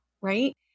right